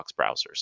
browsers